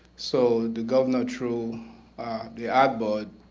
so the governor through the ad board,